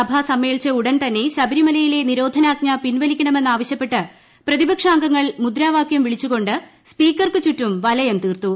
സഭ സമ്മേളിച്ച ഉടൻ തന്നെ ശബരിമലയിലെ നിരോധനാജ്ഞ പിൻവലിക്കണമെന്ന് ആവശ്യപ്പെട്ട് പ്രതിപക്ഷാംഗങ്ങൾ മുദ്രാവാകൃം വിളിച്ചുകൊണ്ട് സ്പീക്കർക്ക് ചുറ്റും വലയം തീർത്തു